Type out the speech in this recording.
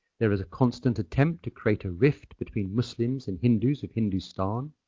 there is a constant attempt to create a rift between muslims and hindus of hindustan.